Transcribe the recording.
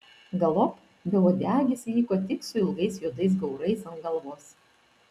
galop beuodegis liko tik su ilgais juodais gaurais ant galvos